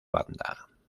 banda